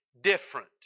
different